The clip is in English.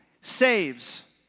saves